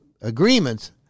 agreements